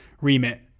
remit